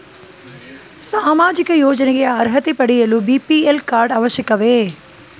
ಸಾಮಾಜಿಕ ಯೋಜನೆಗೆ ಅರ್ಹತೆ ಪಡೆಯಲು ಬಿ.ಪಿ.ಎಲ್ ಕಾರ್ಡ್ ಅವಶ್ಯಕವೇ?